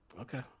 Okay